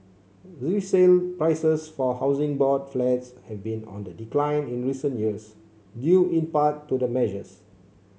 resale prices for Housing Board Flats have been on the decline in recent years due in part to the measures